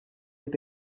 with